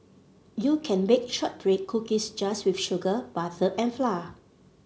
you can bake shortbread cookies just with sugar butter and flour